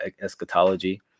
eschatology